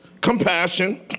compassion